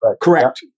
Correct